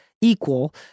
equal